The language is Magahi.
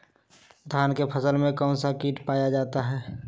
धान की फसल में कौन सी किट पाया जाता है?